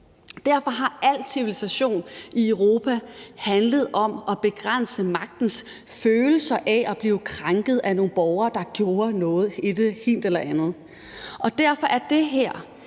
Derfor har al civilisation i Europa handlet om at begrænse magtens følelse af at blive krænket af nogle borgere, der gjorde et eller andet. Og derfor er det her